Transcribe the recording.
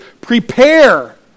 prepare